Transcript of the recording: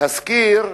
להזכיר,